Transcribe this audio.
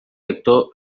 lector